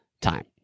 time